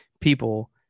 people